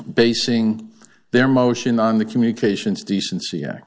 basing their motion on the communications decency act